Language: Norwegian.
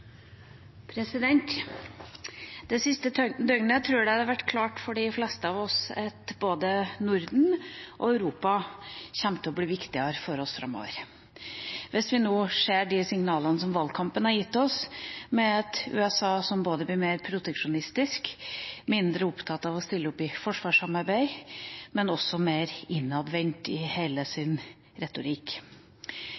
Det siste døgnet tror jeg det ble klart for de fleste av oss at både Norden og Europa kommer til å bli viktigere for oss framover – hvis vi ser på signalene som den amerikanske valgkampen har gitt oss, med et USA som blir både mer proteksjonistisk, mindre opptatt av å stille opp i forsvarssamarbeid og mer innadvendt i